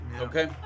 Okay